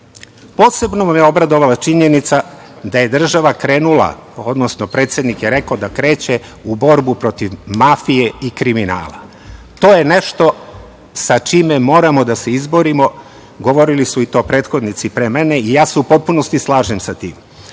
državu. Posebno me je obradovala činjenica da je država krenula, odnosno predsednik je rekao da kreće u borbu protiv mafije i kriminala. To je nešto sa čime moramo da se izborimo. Govorili su to i prethodnici pre mene i ja se u potpunosti slažem sa tim. Što